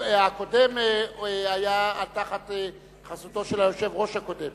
הקודם היה תחת חסותו של היושב-ראש הקודם,